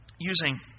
Using